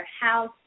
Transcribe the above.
house